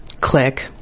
click